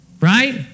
Right